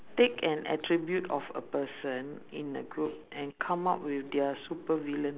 take an attribute of a person in a group and come up with their super villain